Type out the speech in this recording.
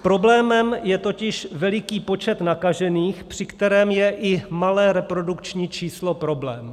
Problémem je totiž veliký počet nakažených, při kterém je i malé reprodukční číslo problém.